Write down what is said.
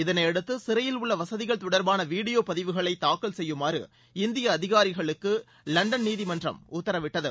இதனையடுத்து சிறையில் உள்ள வசதிகள் தொடர்பான வீடியோ பதிவுகளை தாக்கல் செய்யுமாறு இந்திய அதிகாரிகளுக்கு லண்டன் நீதிமன்றம் உத்தரவிட்டது